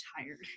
tired